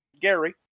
Gary